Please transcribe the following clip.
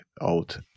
out